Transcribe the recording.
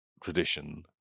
tradition